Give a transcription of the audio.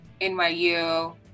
NYU